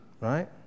Right